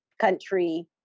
country